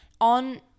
on